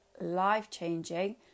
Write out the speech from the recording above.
life-changing